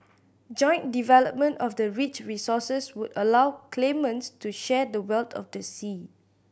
joint development of the rich resources would allow claimants to share the wealth of the sea